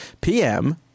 PM